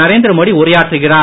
நரேந்திரமோடி உரையாற்றுகிறார்